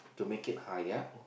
to make it higher